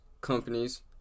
companies